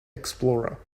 xplorer